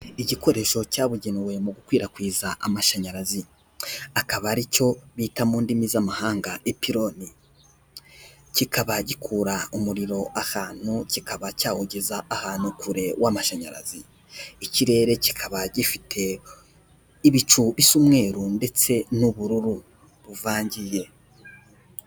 Igikoresho cyabugenewe mu gukwirakwiza amashanyarazi ,akaba aricyo bita mu ndimi z'amahanga epironi kikaba gikura umuriro ahantu kikaba cyawugeza ahantu kure wamashanyarazi, Ikirere kikaba gifite ibicu bis'umweru ndetse n'ubururu buvangiye.